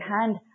hand